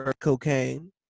cocaine